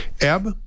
Eb